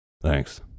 Thanks